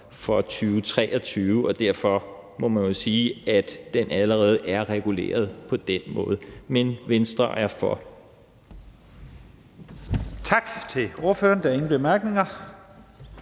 for 2023, og derfor må man jo sige, at den allerede er reguleret på den måde. Men Venstre er for.